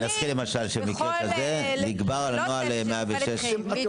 זה יכול --- שבמקרה כזה זה יגבר על נוהל 106. בדיוק.